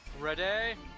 Ready